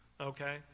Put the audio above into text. okay